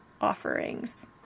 offerings